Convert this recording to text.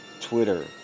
Twitter